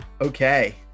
okay